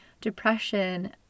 depression